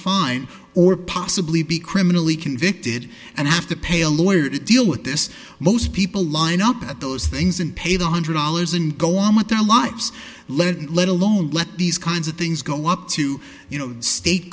fine or possibly be criminally convicted and have to pay a lawyer to deal with this book people line up at those things and pay the hundred dollars and go on with their lives lead let alone let these kinds of things go up to you know state